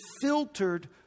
filtered